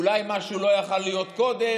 אולי משהו שלא יכול היה להיות קודם,